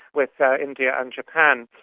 with india and japan.